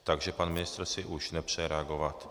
Takže pan ministr si už nepřeje reagovat.